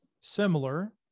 similar